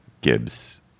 Gibbs